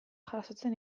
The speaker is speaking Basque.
jasotzen